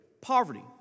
poverty